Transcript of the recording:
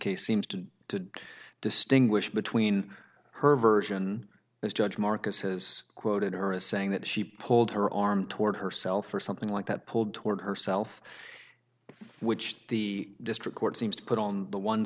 case seems to be to distinguish between her version as judge marcus has quoted her as saying that she pulled her arm toward herself or something like that pulled toward herself which the district court seems to put on the one